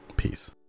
Peace